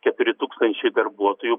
keturi tūkstančiai darbuotojų